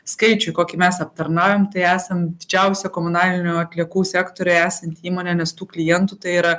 skaičių kokį mes aptarnaujam tai esam didžiausia komunalinių atliekų sektoriuje esanti įmonė nes tų klientų tai yra